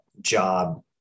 job